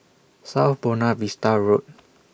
South Buona Vista Road